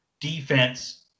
defense